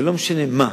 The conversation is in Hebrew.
ולא משנה מה,